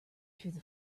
through